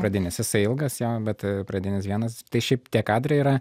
pradinis jisai ilgas jo bet pradinis vienas tai šiaip tie kadrai yra